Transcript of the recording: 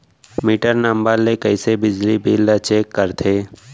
Metre number ले कइसे बिजली बिल ल चेक करथे?